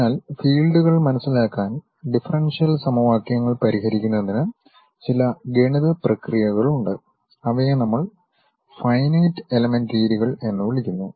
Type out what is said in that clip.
അതിനാൽ ഫീൽഡുകൾ മനസിലാക്കാൻ ഡിഫറൻഷ്യൽ സമവാക്യങ്ങൾ പരിഹരിക്കുന്നതിന് ചില ഗണിത പ്രക്രിയകളുണ്ട് അവയെ നമ്മൾ ഫൈനൈറ്റ് എലമൻ്റ് രീതികൾ എന്ന് വിളിക്കുന്നു